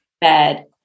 bed